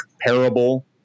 parable